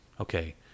okay